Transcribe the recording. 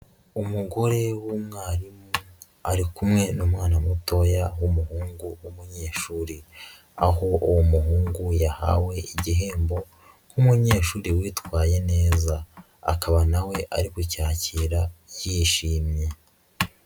Umugore w'umwarimu ari kumwe n'umwana mutoya w'umuhungu w'umunyeshuri, aho uwo muhungu yahawe igihembo nk'umunyeshuri witwaye neza, akaba na we ari kucyakira yishimye.